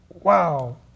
Wow